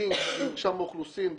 והלינק של מרשם האוכלוסין,